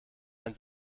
ein